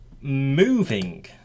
Moving